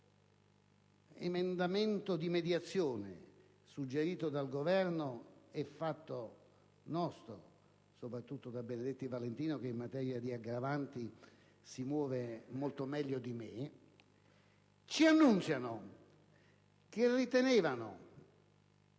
nostro emendamento di mediazione, suggerito dal Governo e fatto nostro (soprattutto dal senatore Benedetti Valentini, che in materia di aggravanti si muove molto meglio di me), ritenevano